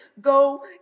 go